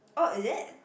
oh is it